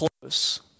close